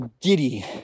giddy